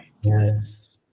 Yes